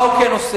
מה הוא כן עושה?